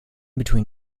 between